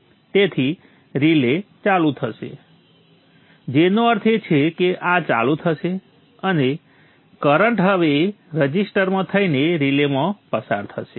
તેથી રિલે ચાલુ થશે જેનો અર્થ એ છે કે આ ચાલુ થશે અને કરંટ હવે રઝિસ્ટરમાં થઈને રિલેમાંથી પસાર થશે